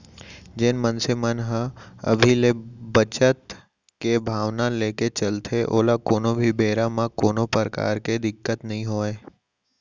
जेन मनसे मन ह अभी ले बचत के भावना लेके चलथे ओला कोनो भी बेरा म कोनो परकार के दिक्कत नइ होवय